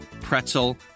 pretzel